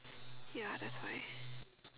ya that's why